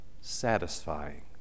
satisfying